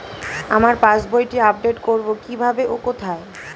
আমার পাস বইটি আপ্ডেট কোরবো কীভাবে ও কোথায়?